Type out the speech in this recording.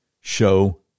show